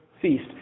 feast